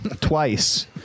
twice